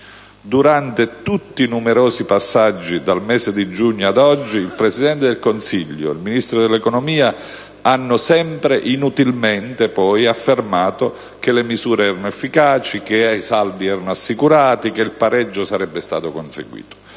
Durante tutti i numerosi passaggi dal mese di giugno ad oggi, il Presidente del Consiglio e il Ministro dell'economia hanno sempre inutilmente affermato che le misure erano efficaci, che i saldi erano assicurati, che il pareggio sarebbe stato conseguito.